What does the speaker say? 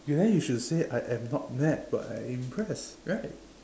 then you should say I I am not mad but I am impressed right